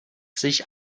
sich